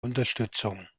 unterstützung